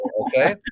Okay